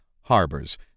harbors